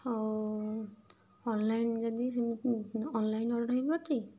ଆଉ ଅନଲାଇନ୍ ଯଦି ସେ ଅନଲାଇନ୍ ଅର୍ଡ଼ର୍ ହୋଇପାରୁଛି